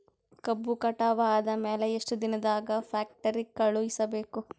ಕಬ್ಬು ಕಟಾವ ಆದ ಮ್ಯಾಲೆ ಎಷ್ಟು ದಿನದಾಗ ಫ್ಯಾಕ್ಟರಿ ಕಳುಹಿಸಬೇಕು?